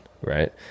right